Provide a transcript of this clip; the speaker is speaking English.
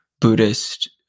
Buddhist